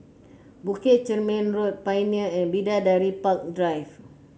Bukit Chermin Road Pioneer and Bidadari Park Drive